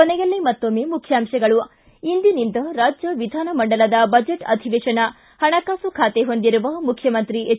ಕೊನೆಯಲ್ಲಿ ಮತ್ತೊಮ್ನೆ ಮುಖ್ಯಾಂಶಗಳು ಿ ಇಂದಿನಿಂದ ರಾಜ್ಯ ವಿಧಾನ ಮಂಡಲದ ಬಜೆಟ್ ಅಧಿವೇಶನ ಹಣಕಾಸು ಬಾತೆ ಹೊಂದಿರುವ ಮುಖ್ಯಮಂತ್ರಿ ಎಚ್